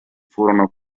furono